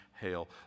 hail